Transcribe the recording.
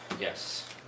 Yes